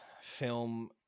film